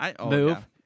move